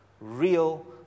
real